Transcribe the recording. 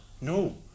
No